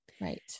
Right